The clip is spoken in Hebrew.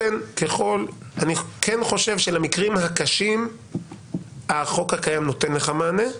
אני כן חושב שלמקרים הקשים החוק הקיים נותן לך מענה.